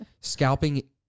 scalping